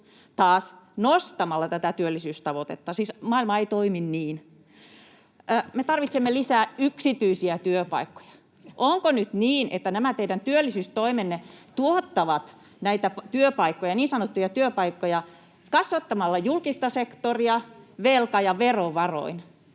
taas nostamalla tätä työllisyystavoitetta. Siis maailma ei toimi niin. Me tarvitsemme lisää yksityisiä työpaikkoja. Onko nyt niin, että nämä teidän työllisyystoimenne tuottavat näitä niin sanottuja työpaikkoja kasvattamalla julkista sektoria velka- ja verovaroin?